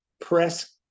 press